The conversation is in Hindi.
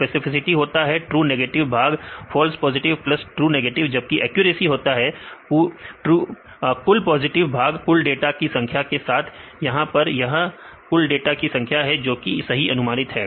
स्पेसिफिसिटी होता है ट्रू नेगेटिव भाग false positive plus true negative जबकि एक्यूरेसी होता है कुल पॉजिटिव भाग कुल डाटा की संख्या के साथ यहां पर यह कुल डेटा की संख्या है जो कि सही अनुमानित है